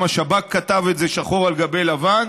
גם השב"כ כתב את זה שחור על גבי לבן,